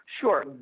Sure